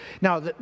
Now